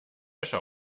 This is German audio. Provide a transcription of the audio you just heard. wäsche